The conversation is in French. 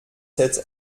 sept